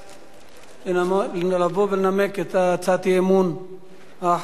לבוא ולנמק את הצעת האי-אמון האחרונה להיום: